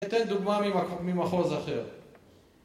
אתן דוגמה ממחוז אחר